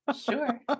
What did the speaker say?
Sure